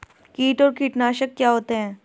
कीट और कीटनाशक क्या होते हैं?